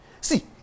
See